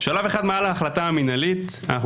שלב אחד מעל ההחלטה המינהלית אנחנו